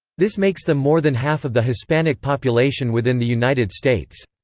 this makes them more than half of the hispanic population within the united states.